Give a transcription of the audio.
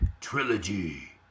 trilogy